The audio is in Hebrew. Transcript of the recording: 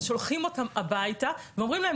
אז שולחים אותם הביתה ואומרים להם